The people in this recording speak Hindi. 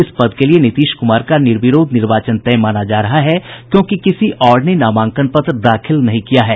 इस पद के लिए नीतीश कुमार का निर्विरोध निर्वाचन तय माना जा रहा है क्योंकि किसी और ने नामांकन पत्र नहीं दाखिल किया है